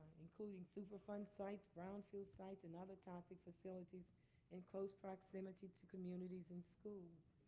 including superfund sites, brownfield sites, and other toxic facilities in close proximity to communities and school.